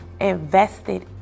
invested